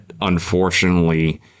unfortunately